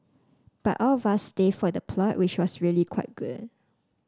but all of us stay for the plot which was really quite good